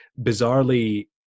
bizarrely